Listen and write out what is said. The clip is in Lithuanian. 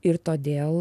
ir todėl